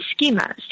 schemas